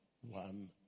one